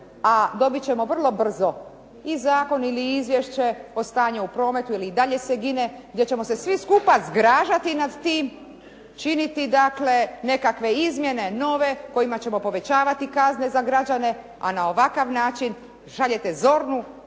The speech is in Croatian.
a dobiti ćemo vrlo brzo i zakon ili izvješće o stanju u prometu jer i dalje se gine gdje ćemo se svi skupa zgražati nad tim, činiti dakle nekakve izmjene nove kojima ćemo povećavati kazne za građane, a na ovakav način šaljete zornu